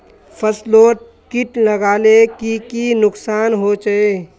फसलोत किट लगाले की की नुकसान होचए?